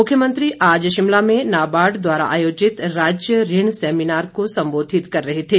मुख्यमंत्री आज शिमला में नाबार्ड द्वारा आयोजित राज्य ऋण सैमीनार को संबोधित कर रहे थे